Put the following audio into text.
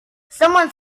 someone